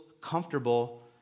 comfortable